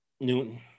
Newton